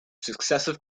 successive